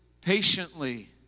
patiently